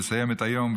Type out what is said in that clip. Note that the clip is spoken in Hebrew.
לסיים את היום,